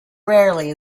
rarely